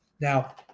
Now